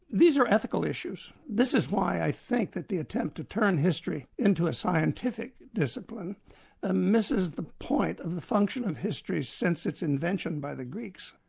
these are ethical issues. this is why i think that the attempt to turn history into a scientific discipline and this is the point the function of history since its invention by the greeks,